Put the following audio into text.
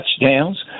touchdowns